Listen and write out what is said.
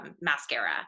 Mascara